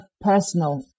personal